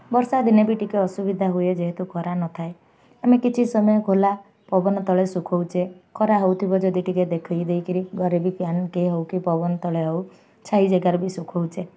ବର୍ଷା ଦିନେ ବି ଟିକେ ଅସୁବିଧା ହୁଏ ଯେହେତୁ ଖରା ନ ଥାଏ ଆମେ କିଛି ସମୟ ଖୋଲା ପବନ ତଳେ ଶୁଖଉଛେ ଖରା ହଉଥିବ ଯଦି ଟିକେ ଦେଖେଇ ଦେଇକିରି ଘରେ ବି ଫ୍ୟନ୍ କି ହଉ କି ପବନ ତଳେ ହଉ ଛାଇ ଜାଗାରେ ବି ଶୁଖଉଛେ